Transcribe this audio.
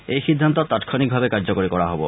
এই সিদ্ধান্ত তাৎক্ষণিকভাৱে কাৰ্যকৰী কৰা হব